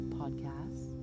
podcasts